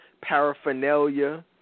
paraphernalia